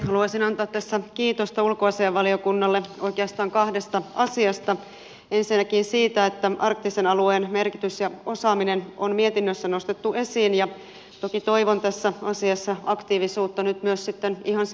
haluaisin antaa tässä kiitosta ulkoasiainvaliokunnalle oikeastaan kahdesta asiasta ensinnäkin siitä että arktisen alueen merkitys ja osaaminen on mietinnössä nostettu esiin ja toki toivon tässä asiassa aktiivisuutta nyt myös sitten ihan sinne käytäntöön